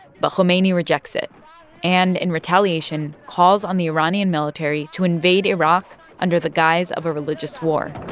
but khomeini rejects it and, in retaliation, calls on the iranian military to invade iraq under the guise of a religious war